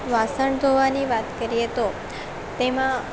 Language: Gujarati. વાસણ ધોવાની વાત કરીએ તો તેમાં